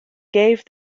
gave